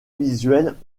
visuelle